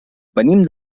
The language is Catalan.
venim